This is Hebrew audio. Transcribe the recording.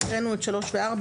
הקראנו את (3) ו-(4),